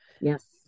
Yes